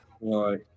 right